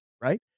Right